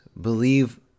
believe